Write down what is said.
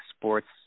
sports